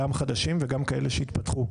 גם חדשים וגם כאלה שהתפתחו.